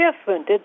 different